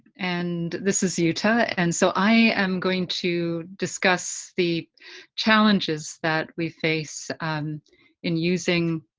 and this is yeah jutta, and so i am going to discuss the challenges that we face in using